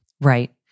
Right